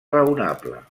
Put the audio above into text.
raonable